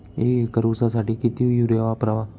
एक एकर ऊसासाठी किती युरिया वापरावा?